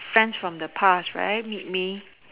friends from the past right meet me